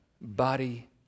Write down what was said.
Body